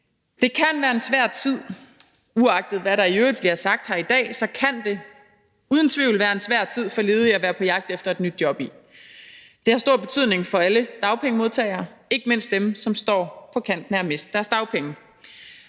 vi indførte i foråret. Uagtet hvad der i øvrigt bliver sagt her i dag, kan det uden tvivl være en svær tid for ledige at være på jagt efter et nyt job i. Det har stor betydning for alle dagpengemodtagere, ikke mindst dem, som står på kanten af at miste deres dagpenge.